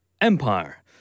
Empire